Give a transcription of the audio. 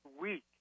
week